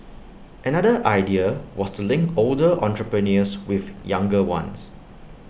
another idea was to link older entrepreneurs with younger ones